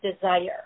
desire